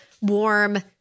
warm